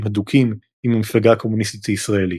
הדוקים עם המפלגה הקומוניסטית הישראלית.